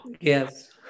Yes